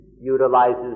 utilizes